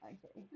Okay